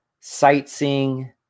sightseeing